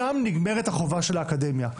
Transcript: שם נגמרת החובה של האקדמיה,